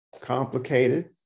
complicated